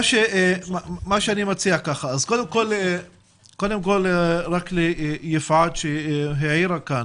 מה שאני מציע הוא כך: קודם כל ליפעת שהעירה כאן